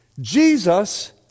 Jesus